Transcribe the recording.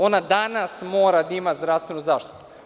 Ona danas mora da ima zdravstvenu zaštitu.